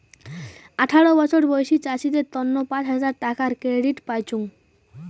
আঠারো বছর বয়সী চাষীদের তন্ন পাঁচ হাজার টাকার ক্রেডিট পাইচুঙ